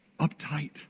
uptight